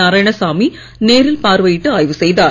நாராயணசாமி நேரில் பார்வையிட்டு ஆய்வு செய்தார்